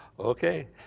okay,